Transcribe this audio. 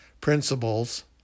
principles